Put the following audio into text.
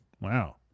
Wow